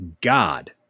God